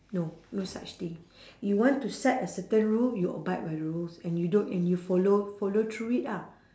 no no such thing you want to set a certain rule you abide by the rules and you don't and you follow follow through it ah